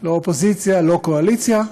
לא אופוזיציה, לא קואליציה,